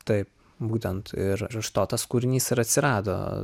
taip būtent ir iš to tas kūrinys ir atsirado